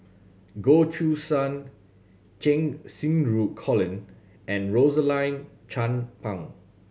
Goh Choo San Cheng Xinru Colin and Rosaline Chan Pang